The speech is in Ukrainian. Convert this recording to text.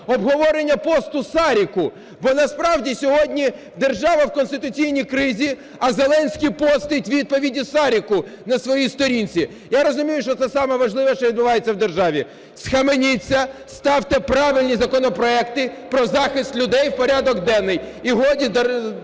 обговорення посту Саріка? Бо насправді сьогодні держава в конституційній кризі, а Зеленський постить відповіді Саріку на своїй сторінці. Я розумію, що це саме важливе, що відбувається в державі. Схаменіться, ставте правильні законопроекти про захист людей в порядок денний. І годі людям